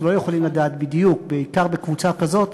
אנחנו לא יכולים לדעת בדיוק, בעיקר בקבוצה כזאת,